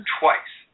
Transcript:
twice